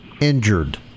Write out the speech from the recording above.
injured